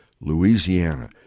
louisiana